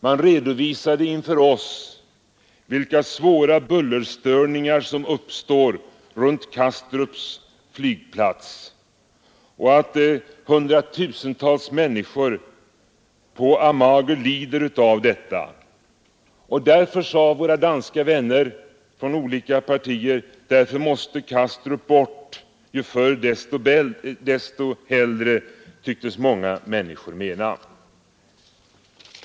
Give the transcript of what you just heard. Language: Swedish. Man redovisade inför oss vilka svåra bullerstörningar som uppstår runt Kastrups flygplats och att hundratusentals människor på Amager lider av detta. Våra danska vänner från olika partier sade: Därför måste Kastrup bort. Ju förr desto hellre tycktes många människor mena.